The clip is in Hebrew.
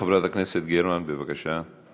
חברת הכנסת גרמן, בבקשה.